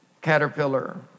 Caterpillar